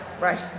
Right